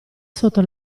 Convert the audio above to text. sotto